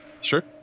Sure